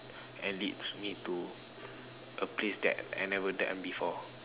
and leads me to a place that I never done before